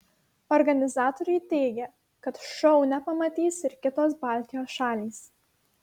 organizatoriai teigia kad šou nepamatys ir kitos baltijos šalys